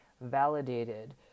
validated